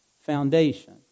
foundation